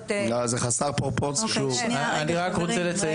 אני רק רוצה לציין,